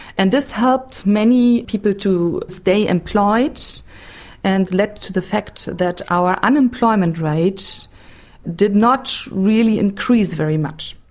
and this helped many people to stay employed and let the fact that our unemployment rate did not really increase very much.